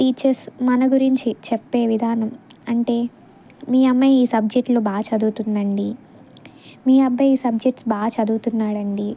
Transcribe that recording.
teachers మన గురించి చెప్పే విధానం అంటే మీ అమ్మాయి ఈ సబ్జెక్ట్లో బాగా చదువుతుందండి మీ అబ్బాయి ఈ సబ్జెక్ట్స్ బాగా చదువుతున్నాడు అండి